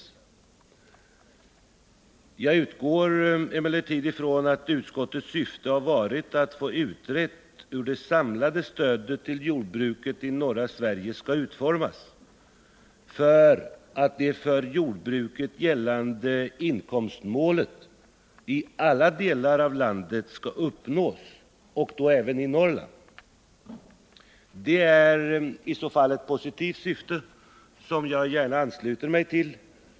Jag utgår emellertid från att utskottets syfte är att få utrett hur det samlade stödet till jordbruket i norra Sverige skall utformas för att det för jordbruket gällande inkomstmålet skall uppnås i alla delar av landet och då även i Norrland. Det är i så fall ett positivt syfte, som jag gärna ansluter mig till.